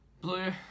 Blue